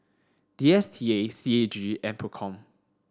D S T A C A G and PROCOM